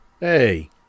Hey